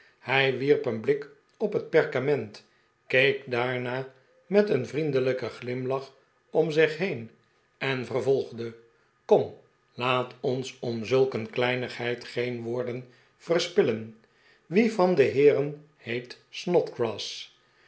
hij wierp een blik op het perkament keek daarna met een vriendelijken glimlach om zich heen en vervolgde kom laat ons om zulk een kleinigheid geen woorden verspillen wie van de heeren heet